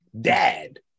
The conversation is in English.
dad